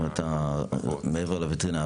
מעבר לווטרינר,